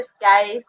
guys